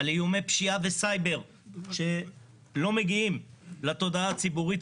על איומי פשיעה וסייבר שלא מגיעים כמעט לתודעה הציבורית.